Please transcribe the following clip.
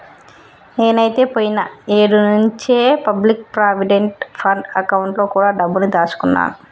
నేనైతే పోయిన ఏడు నుంచే పబ్లిక్ ప్రావిడెంట్ ఫండ్ అకౌంట్ లో కూడా డబ్బుని దాచుకున్నాను